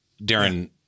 Darren